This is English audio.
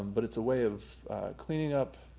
um but it's a way of cleaning up